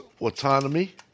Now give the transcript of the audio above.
autonomy